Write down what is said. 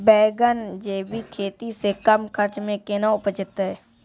बैंगन जैविक खेती से कम खर्च मे कैना उपजते?